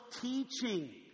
teaching